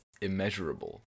immeasurable